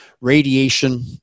radiation